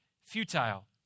futile